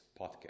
podcast